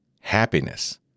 happiness